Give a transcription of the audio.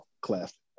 class